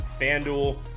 FanDuel